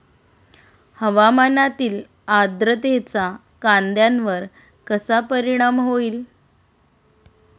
हवामानातील आर्द्रतेचा कांद्यावर कसा परिणाम होईल?